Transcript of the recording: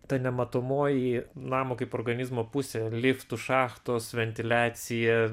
ta nematomoji namo kaip organizmo pusė liftų šachtos ventiliacija